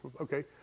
okay